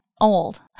old